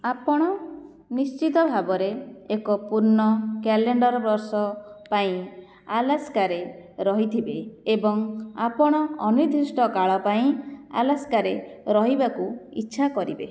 ଆପଣ ନିଶ୍ଚିତ ଭାବରେ ଏକ ପୂର୍ଣ୍ଣ କ୍ୟାଲେଣ୍ଡର ବର୍ଷ ପାଇଁ ଆଲାସ୍କାରେ ରହିଥିବେ ଏବଂ ଆପଣ ଅନିର୍ଦ୍ଦିଷ୍ଟ କାଳ ପାଇଁ ଆଲାସ୍କାରେ ରହିବାକୁ ଇଚ୍ଛା କରିବେ